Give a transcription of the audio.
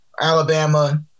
Alabama